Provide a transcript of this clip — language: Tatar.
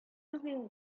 түгел